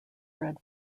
red